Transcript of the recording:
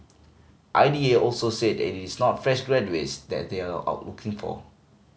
I D A also said it is not fresh graduates that they are out looking for